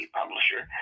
publisher